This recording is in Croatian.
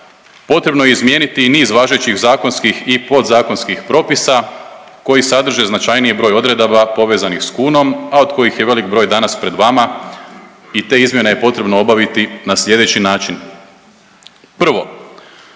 potrebno je izmijeniti i niz važećih zakonskih i podzakonskih propisa koji sadrže značajniji broj odredaba povezanih s kunom, a od kojih je velik broj danas pred vama i te izmjene je potrebno obaviti na slijedeći način.